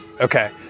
okay